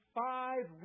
five